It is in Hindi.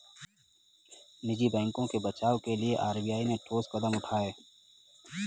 निजी बैंकों के बचाव के लिए आर.बी.आई ने ठोस कदम उठाए